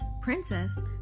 Princess